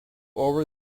over